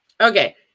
okay